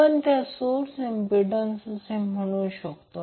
आपण त्याला source impedance म्हणू शकतो